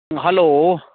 hello